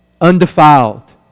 undefiled